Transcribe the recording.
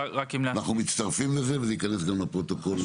אנחנו מצטרפים לזה וזה ייכנס גם לפרוטוקול,